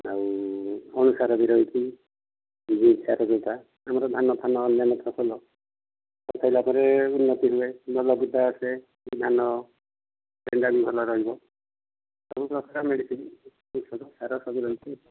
ଆଉ ସାର ବି ରହିଛି ଆମର ଧାନଫାନ ବି ଅନ୍ୟାନ୍ୟ ଫସଲ କରିସାରିଲା ପରେ ଉନ୍ନତି ହୁଏ ଆସେ ଧାନ କେଣ୍ଡା ବି ଭଲ ରହିବ ଆମର ବଖରା ମେଡ଼ିସିନ୍ ଔଷଧ ସାର ସବୁ ରହିଛି